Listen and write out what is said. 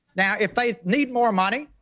now if they need more money,